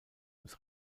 als